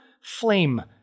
flame